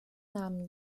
namen